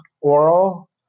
oral